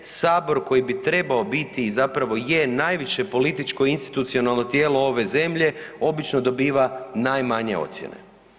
Sabor koji bi trebao biti i zapravo je najviše političko institucionalno tijelo ove zemlje obično dobiva najmanje ocjene.